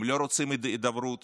הם לא רוצים הידברות,